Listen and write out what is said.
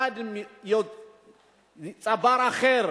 יחד עם צבר אחר,